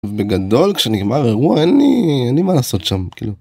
בגדול כשנגמר אירוע, אין לי מה לעשות שם, כאילו.